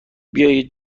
بیایید